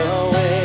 away